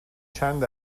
چند